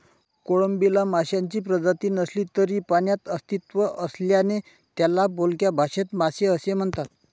कोळंबीला माशांची प्रजाती नसली तरी पाण्यात अस्तित्व असल्याने त्याला बोलक्या भाषेत मासे असे म्हणतात